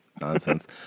nonsense